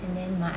and then my